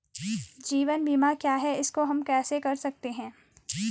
जीवन बीमा क्या है इसको हम कैसे कर सकते हैं?